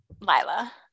Lila